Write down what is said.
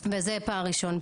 וזה פער ראשון.